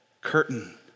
curtain